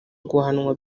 guhanwa